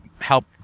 help